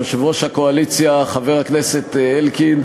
יושב-ראש הקואליציה חבר הכנסת אלקין